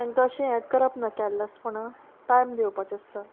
तांकां अशें हेंत करप ना कॅरलेसपणां टायम दिवपाचें आसता